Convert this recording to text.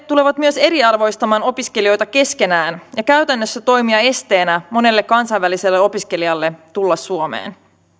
tulevat myös eriarvoistamaan opiskelijoita keskenään ja käytännössä toimimaan esteenä monelle kansainväliselle opiskelijalle tulla suomeen